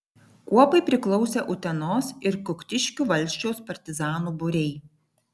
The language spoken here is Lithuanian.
kuopai priklausė utenos ir kuktiškių valsčiaus partizanų būriai